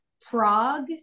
Prague